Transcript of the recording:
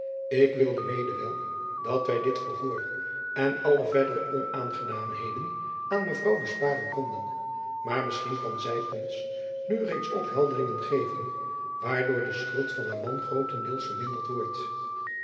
ik wilde mede wel dat wy dit verhoor en alle verdere onaangenaamheden aan mevrouw besparen konden maar misschien kan zy ons nu reeds ophelderingen geven waardoor de schuld van haar man grootendeels verminderd wordt